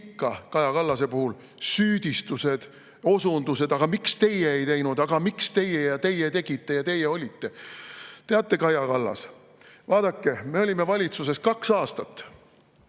ikka Kaja Kallase puhul, süüdistused ja osundused: aga miks teie ei teinud, aga miks teie ja teie tegite ja teie olite? Teate, Kaja Kallas? Vaadake, me olime valitsuses kaks aastat